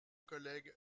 collègues